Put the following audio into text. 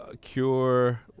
Cure